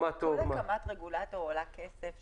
כל הקמת רגולטור עולה כסף.